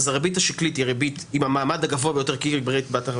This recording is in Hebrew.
הריבית השקלית היא במעמד הגבוה ביותר.